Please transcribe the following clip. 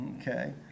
Okay